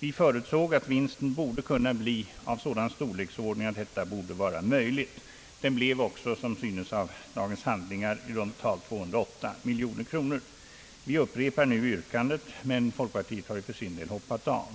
Vi förutsåg att vinsten borde kunna bli av sådan storleksordning, att detta skulle vara möjligt. Vinsten blev också, som framgår av dagens handlingar, i runt tal 208 miljoner kronor. Vi upprepar nu yrkandet, men folkpartiet har för sin del hoppat av.